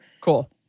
Cool